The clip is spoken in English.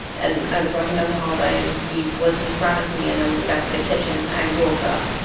and i was walking down the hallway. and he was in front of me. and then when we got to the kitchen, i woke up.